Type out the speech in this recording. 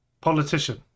Politician